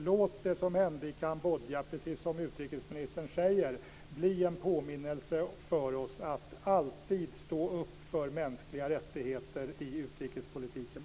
Låt det som hände i Kambodja - precis som utrikesministern säger - bli en påminnelse för oss att alltid stå upp för mänskliga rättigheter i utrikespolitiken.